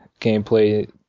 gameplay